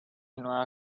nueva